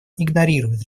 игнорирует